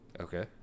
okay